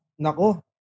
Nako